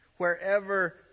wherever